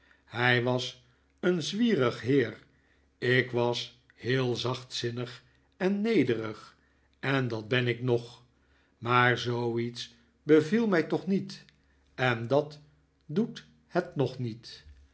hij was een zwierig heer ik was heel zachtzinnig en nederig en dat ben ik nog maar zooiets beviel mij toch niet en dat doet het nog niet